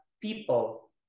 people